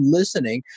listening